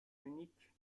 unique